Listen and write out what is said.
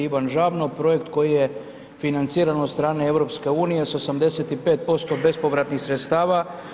Ivan Žabno, projekt koji je financiran od strane EU sa 85% bespovratnih sredstava.